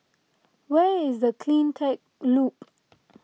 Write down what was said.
where is the CleanTech Loop